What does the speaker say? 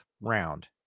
round